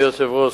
אדוני היושב-ראש,